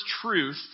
truth